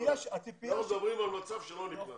אנחנו מדברים על מצב שלא נכנס.